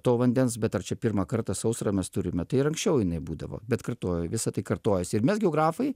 to vandens bet ar čia pirmą kartą sausrą mes turime tai ir anksčiau jinai būdavo bet kartoju visa tai kartojasi ir mes geografai